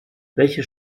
welche